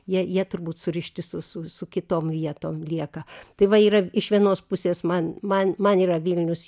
jie jie turbūt surišti su su su kitom vietom lieka tai va yra iš vienos pusės man man man yra vilnius